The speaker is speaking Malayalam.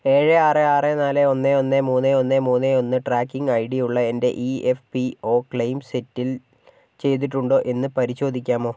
ഏഴ് ആറ് ആറ് നാല് ഒന്ന് ഒന്ന് മൂന്ന് ഒന്ന് മൂന്ന് ഒന്ന് ട്രാക്കിംഗ് ഐ ഡി ഉള്ള എന്റെ E F P O claim settle ചെയ്തിട്ടുണ്ടോ എന്ന് പരിശോധിക്കാമോ